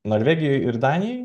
norvegijoj ir danijoj